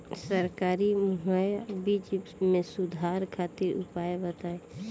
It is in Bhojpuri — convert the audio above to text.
सरकारी मुहैया बीज में सुधार खातिर उपाय बताई?